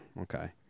Okay